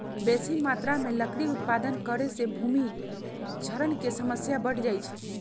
बेशी मत्रा में लकड़ी उत्पादन करे से भूमि क्षरण के समस्या बढ़ जाइ छइ